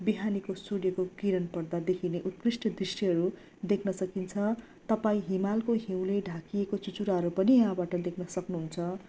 बिहानीको सूर्यको किरण पर्दा देखिने उत्कृष्ट दृश्यहरू देख्न सकिन्छ तपाईँ हिमालको हिउँले ढाकिएको चुचुराहरू पनि यहाँबाट देख्न सक्नु हुन्छ